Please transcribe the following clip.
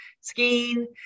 skiing